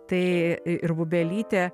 tai i ir bubelytė